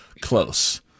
close